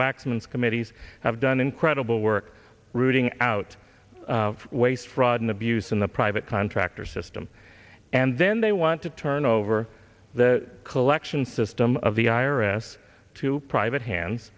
waxman's committees have done incredible work rooting out waste fraud and abuse in the private contractor system and then they want to turn over the collection system of the i r s to private hands